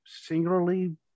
singularly